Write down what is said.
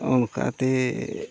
ᱚᱱᱠᱟᱛᱮ